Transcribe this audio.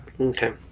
Okay